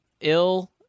ill